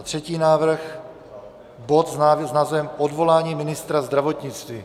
Třetí návrh, bod s názvem Odvolání ministra zdravotnictví.